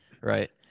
Right